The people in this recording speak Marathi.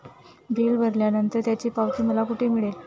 बिल भरल्यानंतर त्याची पावती मला कुठे मिळेल?